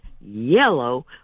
yellow